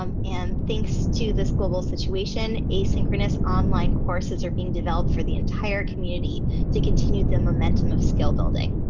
um and thanks to this global situation, asynchronous online courses are being developed for the entire community to continue the momentum of skill building.